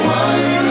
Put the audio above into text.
one